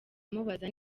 amubaza